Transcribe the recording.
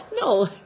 No